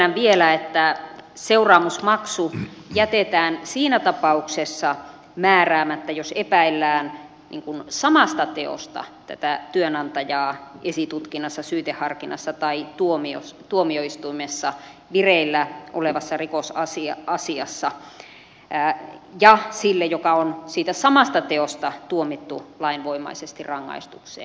selvennän vielä että seuraamusmaksu jätetään siinä tapauksessa määräämättä jos epäillään samasta teosta tätä työnantajaa esitutkinnassa syyteharkinnassa tai tuomiostuimessa vireillä olevassa rikosasiassa ja sille joka on siitä samasta teosta tuomittu lainvoimaisesti rangaistukseen